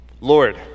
Lord